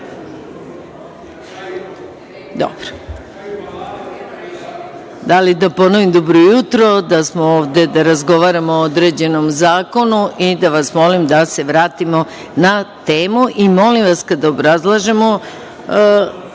Hvala. Da li da ponovim „Dobro jutro“, da smo ovde da razgovaramo o određenom zakonu i da vas molim da se vratimo na temu. Molim vas kada obrazlažemo